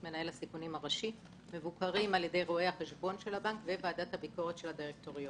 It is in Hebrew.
מבוקרים על ידי רואי החשבון של הבנק וועדת הביקורת של הדירקטוריון.